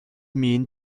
mean